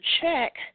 check